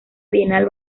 bienal